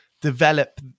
develop